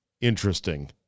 interesting